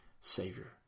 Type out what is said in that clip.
savior